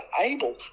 able